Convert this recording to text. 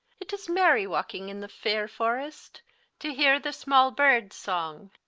itt is merrye walkyng in the fayre forrest to heare the small birdes songe.